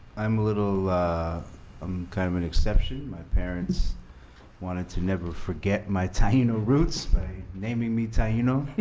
i'm a little i'm kind of an exception. my parents wanted to never forget my taino roots by naming me taino.